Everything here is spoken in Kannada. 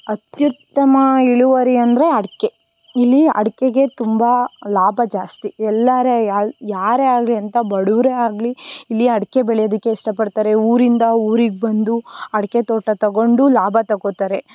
ಅತ್ಯುತ್ತಮ ಇಳುವರಿ ಅಂದರೆ ಅಡಿಕೆ ಇಲ್ಲಿ ಅಡಿಕೆಗೆ ತುಂಬ ಲಾಭ ಜಾಸ್ತಿ ಎಲ್ಲರೂ ಯ ಯಾರೇ ಆಗಲೀ ಎಂಥ ಬಡವ್ರೆ ಆಗಲೀ ಇಲ್ಲಿ ಅಡಿಕೆ ಬೆಳೆಯೋದಕ್ಕೆ ಇಷ್ಟ ಪಡ್ತಾರೆ ಊರಿಂದ ಊರಿಗೆ ಬಂದು ಅಡಿಕೆ ತೋಟ ತಗೊಂಡು ಲಾಭ ತಗೊತಾರೆ